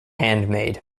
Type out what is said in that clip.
handmade